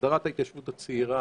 הסדרת ההתיישבות הצעירה.